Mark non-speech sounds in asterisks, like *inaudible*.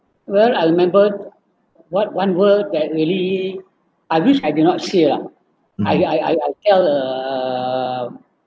well I remembered what one word that really I wish I did not see lah *noise* I I tell the